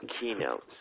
keynote